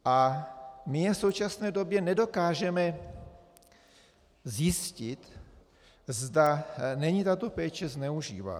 A my v současné době nedokážeme zjistit, zda není tato péče zneužívána.